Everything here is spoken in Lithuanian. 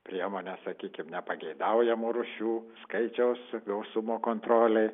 priemones sakykim nepageidaujamų rūšių skaičiaus gausumo kontrolei